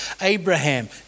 Abraham